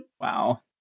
Wow